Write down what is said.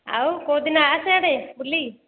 ଆଉ କେଉଁଦିନ ଆସେ ଏଆଡ଼େ ବୁଲି